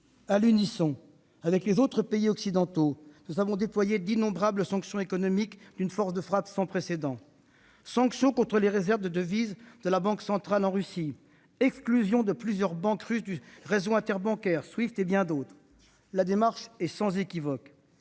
À l'unisson des autres pays occidentaux, nous avons déployé d'innombrables sanctions économiques, d'une force de frappe sans précédent : sanctions contre les réserves en devises de la banque centrale de Russie ; exclusion de plusieurs banques russes du réseau interbancaire Swift. Et bien d'autres encore. La démarche est sans équivoque